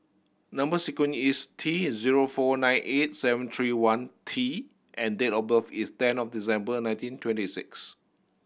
number sequence is T zero four nine eight seven three one T and date of birth is ten of December nineteen twenty six